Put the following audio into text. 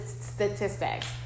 statistics